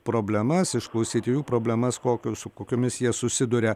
problemas išklausyti jų problemas kokios su kokiomis jie susiduria